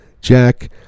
Jack